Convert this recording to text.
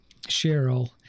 Cheryl